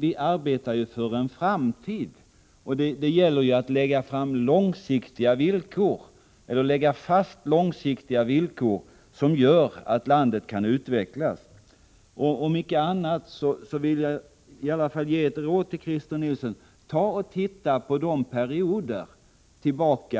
Vi arbetar ju för en framtid. Det gäller att lägga fast långsiktiga villkor som gör att landet kan utvecklas. Jag vill i alla fall ge ett råd till Christer Nilsson. Titta på de perioder